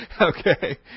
Okay